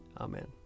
Amen